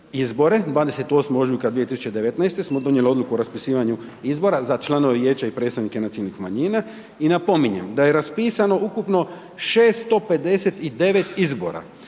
28. ožujka 2019. smo donijeli odluku o raspirivanju izbora za članove vijeća i predstavnike nacionalnih manjina i napominjem da je raspisano ukupno 659 izbora,